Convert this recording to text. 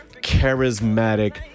charismatic